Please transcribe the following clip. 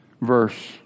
verse